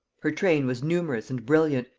her train was numerous and brilliant,